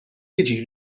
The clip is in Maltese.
jiġi